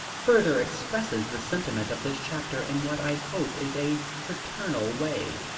further expresses the sentiment of this chapter in what i hope is a fraternal way,